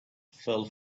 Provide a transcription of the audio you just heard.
fell